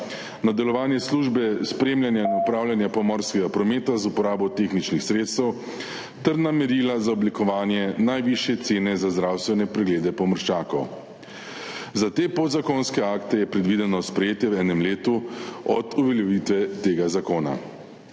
na delovanje službe spremljanja in upravljanja pomorskega prometa z uporabo tehničnih sredstev ter na merila za oblikovanje najvišje cene za zdravstvene preglede pomorščakov. Za te podzakonske akte je predvideno sprejetje v enem letu od uveljavitve tega zakona.